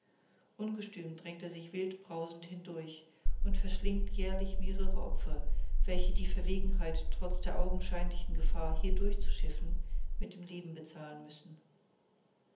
ungestüm drängt er sich wild brausend hindurch und verschlingt jährlich mehrere opfer welche die verwegenheit trotz der augenscheinlichen gefahr hier durchzuschiffen mit dem leben bezahlen müssen